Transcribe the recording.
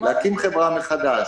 להקים חברה מחדש,